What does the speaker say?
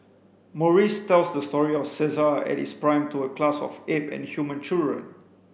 Maurice tells the story of Caesar at his prime to a class of ape and human children